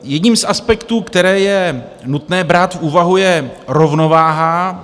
Jedním z aspektů, které je nutné brát v úvahu, je rovnováha.